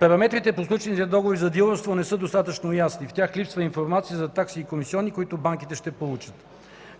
Параметрите по сключените договори за дилърство не са достатъчно ясни. В тях липсва информация за такси и комисионни, които банките ще получат.